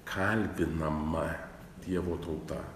kaldinama dievo tauta